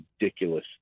ridiculous